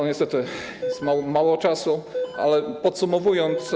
Niestety, jest mało czasu, ale podsumowując.